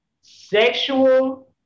sexual